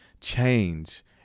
change